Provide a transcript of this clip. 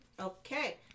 Okay